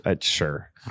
Sure